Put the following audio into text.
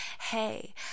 hey